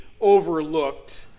overlooked